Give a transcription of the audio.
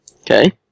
Okay